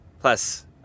Plus